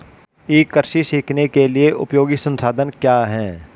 ई कृषि सीखने के लिए उपयोगी संसाधन क्या हैं?